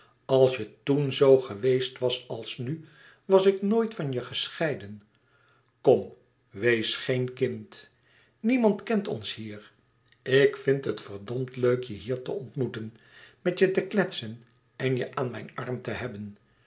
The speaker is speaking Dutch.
als je toen zoo geweest was als nu was ik nooit van je gescheiden kom wees geen kind niemand kent ons hier ik vind het verdomd leuk je hier te ontmoeten met je te kletsen en je aan mijn arm te hebben